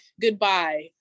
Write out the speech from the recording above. goodbye